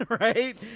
right